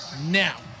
now